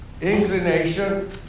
inclination